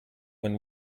when